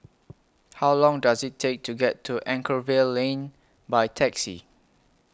How Long Does IT Take to get to Anchorvale Lane By Taxi